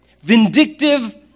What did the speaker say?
Vindictive